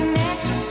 next